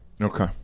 okay